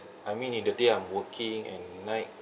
I mean in the day I'm working and night